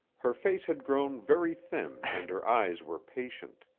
her face had grown very thin and her eyes were patient.